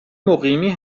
مقیمی